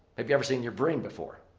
have you ever seen your brain before?